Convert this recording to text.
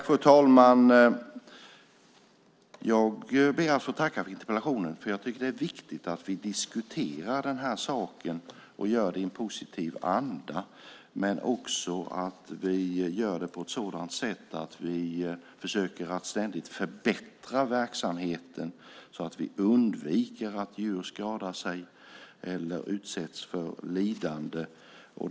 Fru talman! Jag ber att få tacka för interpellationen, för jag tycker att det är viktigt att vi diskuterar den här saken, och gör det i en positiv andra, men också att vi gör det på ett sådant sätt att vi ständigt försöker förbättra verksamheten, så att vi undviker att djur skadas eller utsätts för lidande.